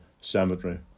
Cemetery